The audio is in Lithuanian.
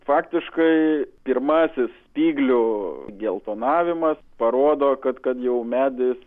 faktiškai pirmasis spyglių geltonavimas parodo kad kad jau medis